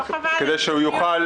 כדי שיוכל